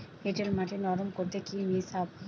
এঁটেল মাটি নরম করতে কি মিশাব?